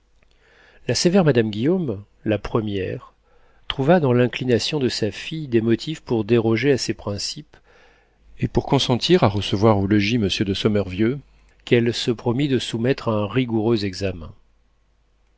la sévère madame guillaume la première trouva dans l'inclination de sa fille des motifs pour déroger à ces principes et pour consentir à recevoir au logis monsieur de sommervieux qu'elle se promit de soumettre à un rigoureux examen